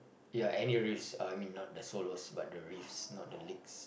ya any riffs uh I mean not the solos but the riffs not the leaks